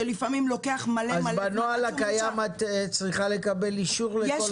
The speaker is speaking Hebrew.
ולפעמים לוקח מלא מלא --- בנוהל הקיים את צריכה לקבל אישור לכל כלי?